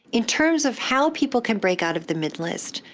in terms of how people can break out of the mid list,